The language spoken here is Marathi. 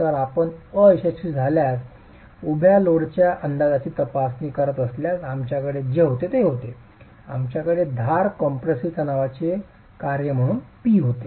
तर आपण अयशस्वी झाल्यास उभ्या लोडच्या अंदाजाची तपासणी करत असल्यास आमच्याकडे जे होते ते होते आमच्याकडे धार कॉम्प्रेसिव्ह तणावाचे कार्य म्हणून P होते